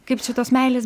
kaip čia tos meilės